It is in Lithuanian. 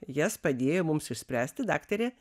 jas padėjo mums išspręsti daktarė